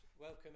Welcome